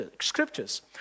scriptures